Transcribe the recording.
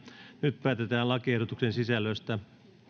nyt päätetään lakiehdotuksen sisällöstä